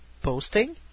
posting